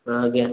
ଆଜ୍ଞା